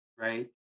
right